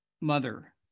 mother